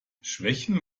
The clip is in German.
schwächen